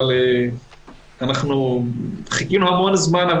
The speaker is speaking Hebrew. אבל חיכינו המון זמן.